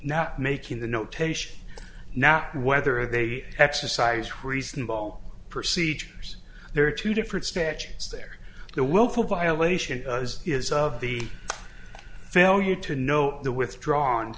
not making the notation now whether they exercise reasonable procedures there are two different statutes there the willful violation is of the failure to know the withdrawn